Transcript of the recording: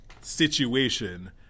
situation